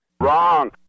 Wrong